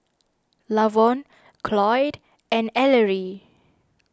Lavon Cloyd and Ellery